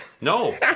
no